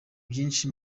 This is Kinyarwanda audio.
byinshi